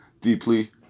deeply